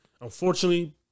unfortunately